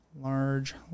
large